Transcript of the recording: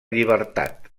llibertat